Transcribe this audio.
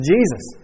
Jesus